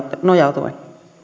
nojautuen